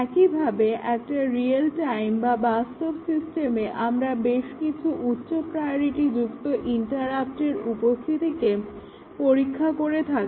একইভাবে একটা real time বা বাস্তব সিস্টেমে আমার বেশকিছু উচ্চ প্রায়োরিটিযুক্ত ইন্টারাপ্টের উপস্থিতিকে পরীক্ষা করে থাকি